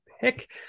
pick